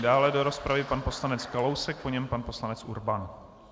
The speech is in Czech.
Dále do rozpravy pan poslanec Kalousek, po něm pan poslanec Urban.